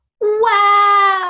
wow